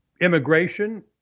immigration